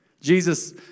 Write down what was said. Jesus